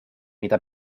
mida